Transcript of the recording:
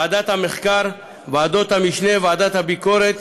ועדת המחקר ועדות המשנה, ועדת הביקורת